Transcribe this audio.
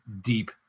deep